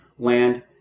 land